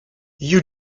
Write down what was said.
you